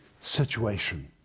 situation